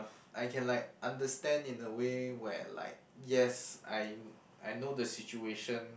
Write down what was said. I can like understand in a way where like yes I I know the situation